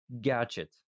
gadget